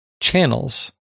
channels